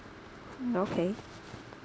okay